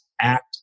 act